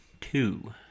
two